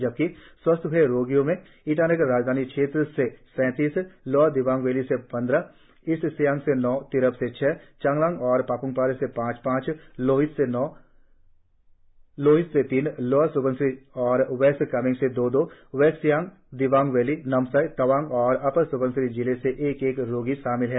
जबकि स्वस्थ हए रोगियों में ईटानगर राजधानी क्षेत्र से सैतीस लोअर दिबांग वैली से पंद्रह ईस्ट सियांग से नौ तिराप से छह चांगलांग और पाप्मपारे से पांच पांच लोहित से तीन लोअर स्बनसिरी और वेस्ट कामेंग से दो दो वेस्ट सियांग दिबांग वैली नामसाई तवांग और अपए स्बनसिरी जिले से एक एक रोगी शामिल है